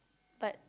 but